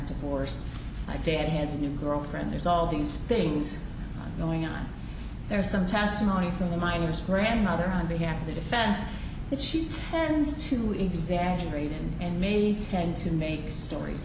divorced my dad has a new girlfriend there's all these things going on there are some testimony from the minors grandmother on behalf of the defense that she tends to exaggerate and may tend to make stories